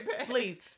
please